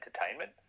entertainment